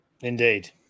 Indeed